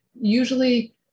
usually